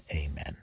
Amen